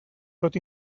tot